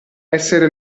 essere